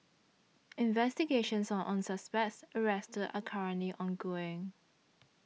investigations on all suspects arrested are currently ongoing